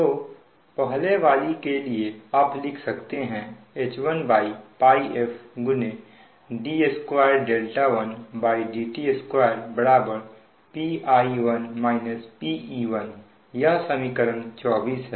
तो पहले वाली के लिए आप लिख सकते हैं H1Πf d21dt2 Pi1 - Pe1 यह समीकरण 24 है